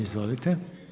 Izvolite.